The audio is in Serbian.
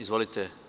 Izvolite.